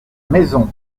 maison